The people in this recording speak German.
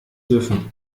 dürfen